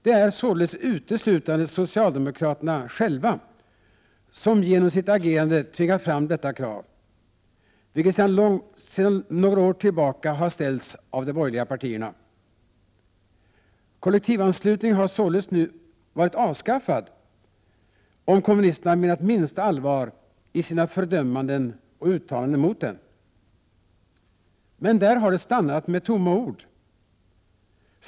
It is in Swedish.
Det är således uteslutande socialdemokraterna själva som genom sitt agerande tvingat fram detta krav, vilket sedan några år tillbaka har ställts av de borgerliga partierna. Kollektivanslutningen hade således varit avskaffad nu, om kommunisterna menat minsta allvar i sina fördömanden och uttalanden mot den. Men där har det stannat med tomma ord.